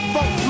Fuck